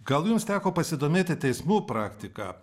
gal jums teko pasidomėti teismų praktika